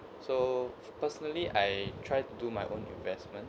so personally I try to do my own investment